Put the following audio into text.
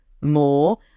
more